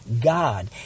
God